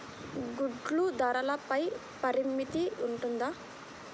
గుడ్లు ధరల పై పరిమితి ఉంటుందా?